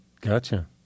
gotcha